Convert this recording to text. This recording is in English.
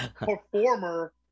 performer